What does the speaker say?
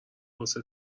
واسه